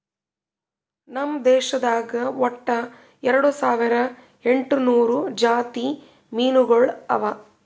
ನಮ್ ದೇಶದಾಗ್ ಒಟ್ಟ ಎರಡು ಸಾವಿರ ಎಂಟು ನೂರು ಜಾತಿ ಮೀನುಗೊಳ್ ಅವಾ